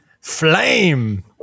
Flame